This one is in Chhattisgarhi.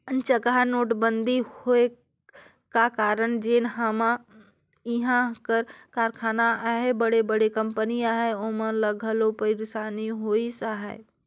अनचकहा नोटबंदी होए का कारन जेन हमा इहां कर कारखाना अहें बड़े बड़े कंपनी अहें ओमन ल घलो पइरसानी होइस अहे